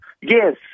Yes